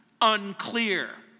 unclear